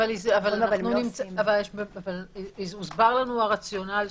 -- אבל הוסבר לנו הרציונל,